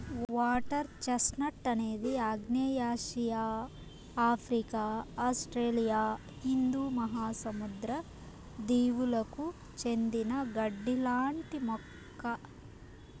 water chestnut అనేది ఆగ్నేయాసియా, Africa, Australia హిందూ మహాసముద్ర దీవులకు చెందిన గడ్డి లాంటి మొక్క